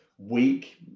week